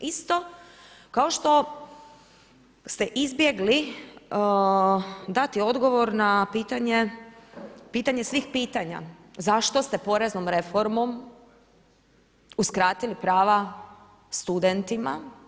Isto kao što ste izbjegli dati odgovor na pitanje, pitanje svih pitanja, zašto ste poreznom reformom uskratili prava studentima?